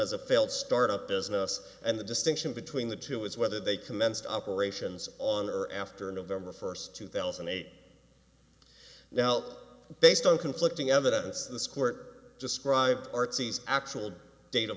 failed start up business and the distinction between the two is whether they commenced operations on or after november first two thousand and eight now based on conflicting evidence this court described art sees actual dat